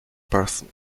person